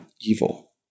evil